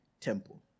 temple